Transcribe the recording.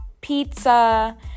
pizza